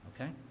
Okay